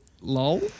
lol